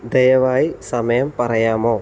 ദയവായി സമയം പറയാമോ